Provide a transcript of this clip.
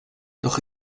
doch